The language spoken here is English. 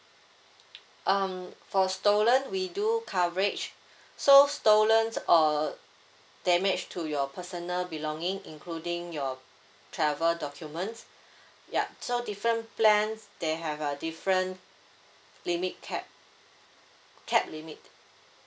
um for stolen we do coverage so stolen or damage to your personal belonging including your travel documents yup so different plans they have a different limit cap cap limit